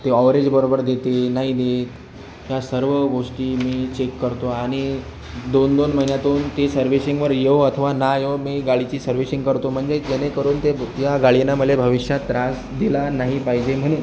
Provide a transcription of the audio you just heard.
ते ॲावरेज बरोबर देते नाही देत ह्या सर्व गोष्टी मी चेक करतो आणि दोन दोन महिन्यातून ती सर्विसिंगवर येवो अथवा ना येवो मी गाडीची सर्व्हिशिंग करतो म्हणजे जेणेकरून ते त्या गाडीनं मला भविष्यात त्रास दिला नाही पाहिजे म्हणून